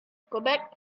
quebec